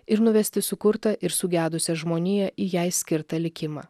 ir nuvesti sukurtą ir sugedusią žmoniją į jai skirtą likimą